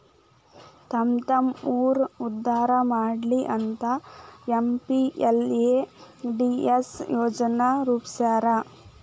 ತಮ್ಮ್ತಮ್ಮ ಊರ್ ಉದ್ದಾರಾ ಮಾಡ್ಲಿ ಅಂತ ಎಂ.ಪಿ.ಎಲ್.ಎ.ಡಿ.ಎಸ್ ಯೋಜನಾ ರೂಪ್ಸ್ಯಾರ